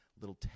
little